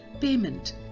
payment